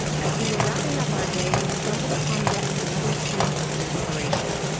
as we were wrapping up our day, we stumbled upon yet another scene of desperation,